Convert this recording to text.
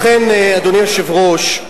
לכן, אדוני היושב-ראש,